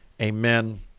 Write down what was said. amen